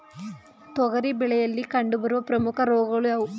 ತೊಗರಿ ಬೆಳೆಯಲ್ಲಿ ಕಂಡುಬರುವ ಪ್ರಮುಖ ರೋಗಗಳು ಯಾವುವು?